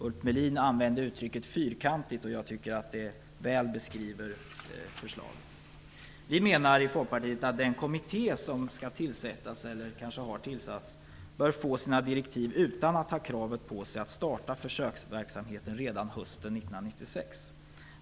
Ulf Melin använde uttrycket fyrkantigt, och jag tycker att det väl beskriver förslaget. Vi menar i Folkpartiet att den kommitté som skall tillsättas, eller kanske redan har tillsatts, bör få sina direktiv utan att ha kravet på sig att föreslå att starta försöksverksamheten redan hösten 1996.